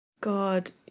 God